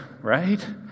Right